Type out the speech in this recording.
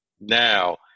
now